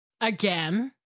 again